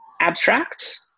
abstract